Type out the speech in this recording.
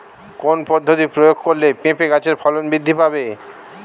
কোন পদ্ধতি প্রয়োগ করলে পেঁপে গাছের ফলন বৃদ্ধি পাবে?